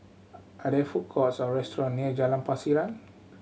are there food courts or restaurant near Jalan Pasiran